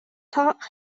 talk